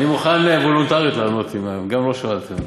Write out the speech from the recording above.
אני מוכן וולונטרית לענות, גם אם לא שאלת.